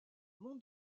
mon